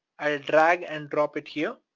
i'll drag and drop it here.